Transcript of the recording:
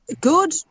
Good